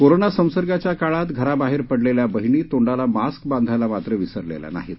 corona संसर्गाच्या काळात घराबाहेर पडलेल्या बहीणी तोंडाला मास्क बांधायला मात्र विसरलेल्या नाहीत